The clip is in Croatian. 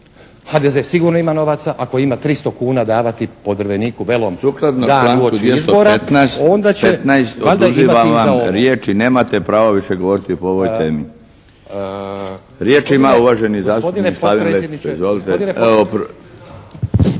HDZ sigurno ima novaca, ako ima 300 kuna davati po Drveniku Velom … **Milinović, Darko (HDZ)** Sukladno članku 215. oduzimam vam riječ i nemate pravo više govoriti po ovoj temi. Riječ ima uvaženi zastupnik Slaven Letica. Izvolite.